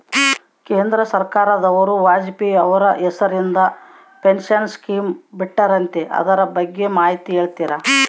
ಕೇಂದ್ರ ಸರ್ಕಾರದವರು ವಾಜಪೇಯಿ ಅವರ ಹೆಸರಿಂದ ಪೆನ್ಶನ್ ಸ್ಕೇಮ್ ಬಿಟ್ಟಾರಂತೆ ಅದರ ಬಗ್ಗೆ ಮಾಹಿತಿ ಹೇಳ್ತೇರಾ?